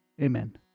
Amen